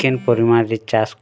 କିନ୍ ପରିମାଣରେ ଚାଷ୍